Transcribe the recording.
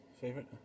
Favorite